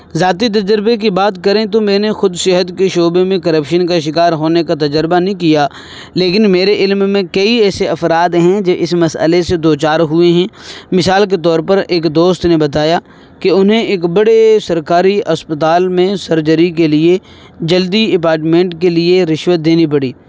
ذاتی تجربے کی بات کریں تو میں نے خود صحت کے شعبے میں کرپشن کا شکار ہونے کا تجربہ نہیں کیا لیکن میرے علم میں کئی ایسے افراد ہیں جو اس مسئلے سے دو چار ہوئے ہیں مثال کے طور پر ایک دوست نے بتایا کہ انہیں ایک بڑے سرکاری اسپتال میں سرجری کے لیے جلدی اپاٹمنٹ کے لیے رشوت دینی پڑی